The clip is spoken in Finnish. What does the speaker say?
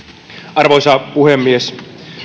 arvoisa puhemies